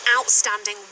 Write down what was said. outstanding